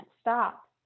stop